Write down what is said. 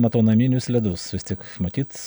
matau naminius ledus vis tik matyt